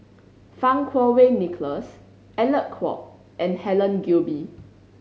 Fang Kuo Wei Nicholas Alec Kuok and Helen Gilbey